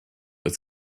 with